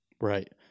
Right